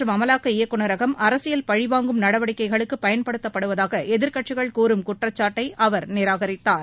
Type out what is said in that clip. மற்றும் அமலாக்க இயக்குநரகம் அரசியல் பழிவாங்கும் சிபிஜ நடவடிக்கைகளுக்கு பயன்படுத்தப்படுவதாக எதிர்க்கட்சிகள் கூறும் குற்றச்சாட்டை அவர் நிராகரித்தார்